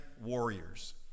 warriors